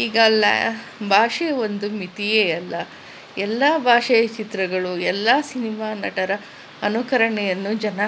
ಈಗೆಲ್ಲ ಬಾಷೆ ಒಂದು ಮಿತಿಯೇ ಅಲ್ಲ ಎಲ್ಲ ಭಾಷೆಯ ಚಿತ್ರಗಳು ಎಲ್ಲ ಸಿನಿಮಾ ನಟರ ಅನುಕರಣೆಯನ್ನು ಜನ